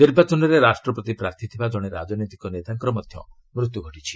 ନିର୍ବାଚନରେ ରାଷ୍ଟ୍ରପତି ପ୍ରାର୍ଥୀ ଥିବା ଜଣେ ରଜାନୈତିକ ନେତାଙ୍କର ମଧ୍ୟ ମୃତ୍ୟୁ ଘଟିଛି